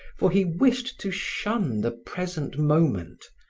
for he wished to shun the present moment,